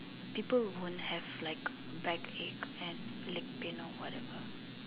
people won't have like backaches and leg pain or whatever